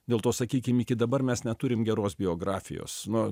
dėl to sakykim iki dabar mes neturim geros biografijos nu